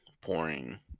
pouring